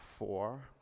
Four